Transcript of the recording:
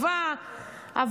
תודה רבה,